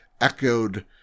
echoed